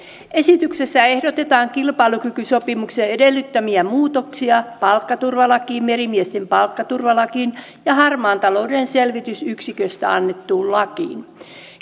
esityksessä ehdotetaan kilpailukykysopimuksen edellyttämiä muutoksia palkkaturvalakiin merimiesten palkkaturvalakiin ja harmaan talouden selvitysyksiköstä annettuun lakiin